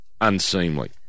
unseemly